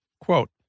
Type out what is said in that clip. Quote